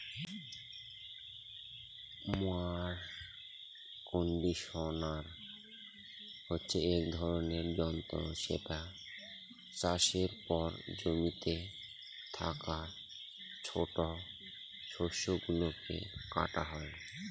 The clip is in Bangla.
মোয়ার কন্ডিশনার হচ্ছে এক ধরনের যন্ত্র যেটা চাষের পর জমিতে থাকা ছোট শস্য গুলোকে কাটা হয়